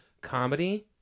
comedy